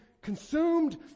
Consumed